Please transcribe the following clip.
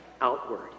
outward